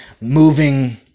moving